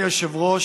אדוני היושב-ראש,